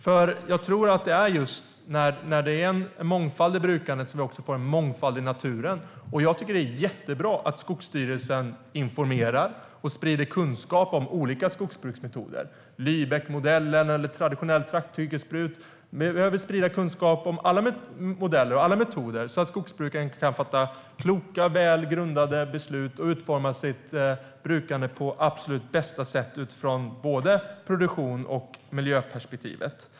Jag tror nämligen att det är just när vi har mångfald i brukandet som vi också får mångfald i naturen, och jag tycker att det är jättebra att Skogsstyrelsen informerar och sprider kunskap om olika skogsbruksmetoder - Lübeckmodellen eller traditionellt trakthyggesbruk. Vi behöver sprida kunskap om alla modeller och alla metoder så att skogsbrukarna kan fatta kloka, välgrundade beslut och utforma sitt brukande på absolut bästa sätt utifrån både produktions och miljöperspektivet.